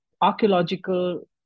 archaeological